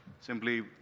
simply